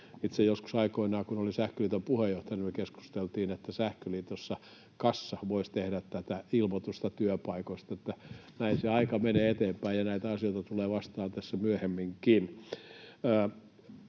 asia. Joskus aikoinaan, kun olin itse Sähköliiton puheenjohtajana, me keskusteltiin, että Sähköliitossa kassa voisi tehdä tätä työpaikoista ilmoittamista. Että näin se aika menee eteenpäin ja näitä asioita tulee vastaan tässä myöhemminkin.